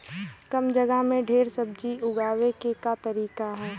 कम जगह में ढेर सब्जी उगावे क का तरीका ह?